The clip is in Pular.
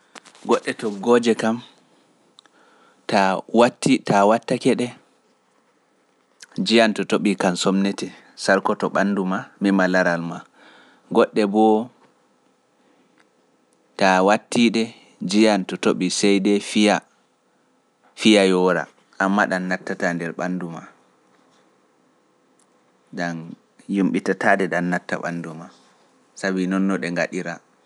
Goɗɗe toggooje kam, ta a wattii - ta a wattake ɗe, njiyam to toɓii kam somnete, sarkoto ɓanndu ma, meema laral ma, goɗɗe boo, taa wattii-ɗe, njiyam to toɓii seydey fiya, fiya yoora, ammaa ɗam nattataa nder ɓanndu ma, ɗam yumɓitataa-ɗe ɗam natta ɓanndu ma, sabii non no ɗe ngaɗira.